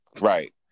right